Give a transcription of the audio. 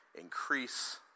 increase